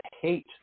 hate